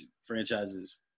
franchises